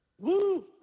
Woo